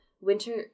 winter